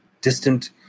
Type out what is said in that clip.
distant